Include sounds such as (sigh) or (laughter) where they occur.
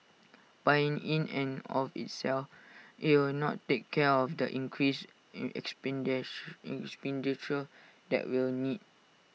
but in in and of itself IT will not take care of the increased (unintelligible) expenditure that we'll need